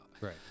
Right